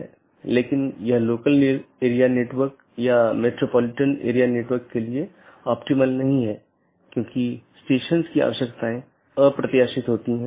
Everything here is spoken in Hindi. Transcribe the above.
तो इसका मतलब है अगर मैं AS1 के नेटवर्क1 से AS6 के नेटवर्क 6 में जाना चाहता हूँ तो मुझे क्या रास्ता अपनाना चाहिए